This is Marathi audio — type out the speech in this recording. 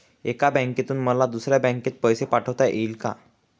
एका बँकेतून मला दुसऱ्या बँकेत पैसे पाठवता येतील का?